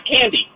candy